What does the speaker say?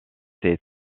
est